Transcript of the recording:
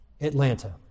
Atlanta